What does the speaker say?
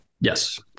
Yes